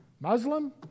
Muslim